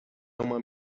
uma